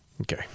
Okay